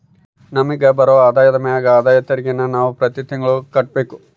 ನಮಿಗ್ ಬರೋ ಆದಾಯದ ಮ್ಯಾಗ ಆದಾಯ ತೆರಿಗೆನ ನಾವು ಪ್ರತಿ ತಿಂಗ್ಳು ಕಟ್ಬಕು